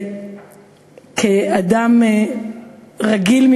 כאדם רגיל,